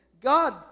God